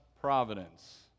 providence